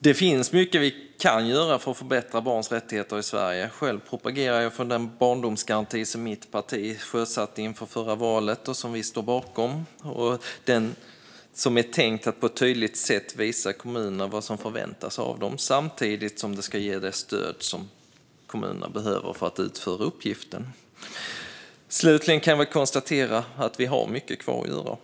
Det finns mycket vi kan göra för att förbättra barns rättigheter i Sverige. Själv propagerar jag för den barndomsgaranti som mitt parti sjösatte inför förra valet och som vi står bakom. Den är tänkt att på ett tydligt sätt visa kommunerna vad som förväntas av dem samtidigt som den ska ge det stöd som kommunerna behöver för att utföra uppgiften. Slutligen kan jag konstatera att vi har mycket kvar att göra.